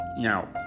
Now